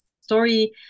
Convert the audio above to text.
story